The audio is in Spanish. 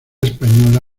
española